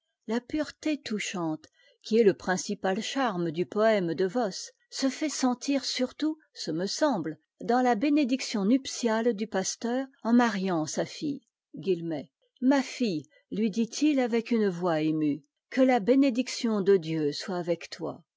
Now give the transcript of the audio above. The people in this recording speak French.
la pureté touchante qui est le principal charme du poëme de voss se fait sentir surtout ce me semme dans la bénédiction nuptiale du pasteur en mariant sa fille ma fille lui dit-il avec une voix émue que a bénédiction de dieu soit avec toi